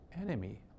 enemy